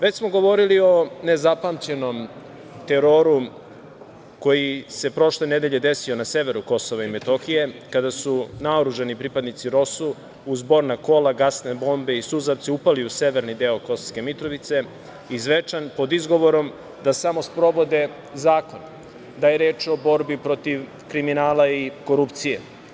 Već smo govorili o nezapamćenom teroru koji se prošle nedelje desio na severu Kosova i Metohije, kada su naoružani pripadnici ROSU, uz borna kola, gasne bombe i suzavce, upali u severni deo Kosovske Mitrovice i Zvečan, pod izgovorom da samo sprovode zakon, da je reč o borbi protiv kriminala i korupcije.